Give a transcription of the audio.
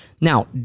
now